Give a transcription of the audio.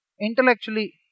intellectually